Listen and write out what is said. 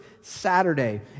Saturday